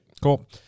Cool